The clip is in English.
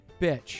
bitch